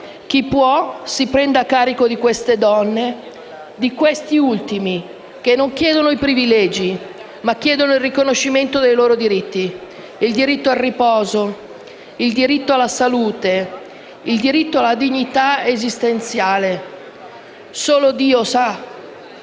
Chi può si prenda carico di queste donne e di questi ultimi, che non chiedono privilegi, ma il riconoscimento dei loro diritti: il diritto al riposo, alla salute e alla dignità esistenziale. Solo Dio sa